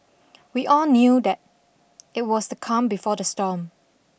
we all knew that it was the calm before the storm